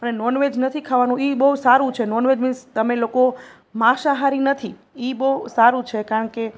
અને નોનવેજ નથી ખાવાનું એ બહુ સારું છે નોનવેજ મિન્સ તમે લોકો માંસાહારી નથી એ બહુ સારું છે કારણ કે